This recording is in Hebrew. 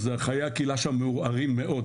אז חיי הקהילה שם מעורערים מאוד,